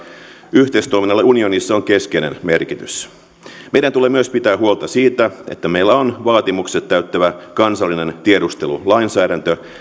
yhteistoiminnalla unionissa on keskeinen merkitys meidän tulee myös pitää huolta siitä että meillä on vaatimukset täyttävä kansallinen tiedustelulainsäädäntö